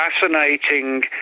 fascinating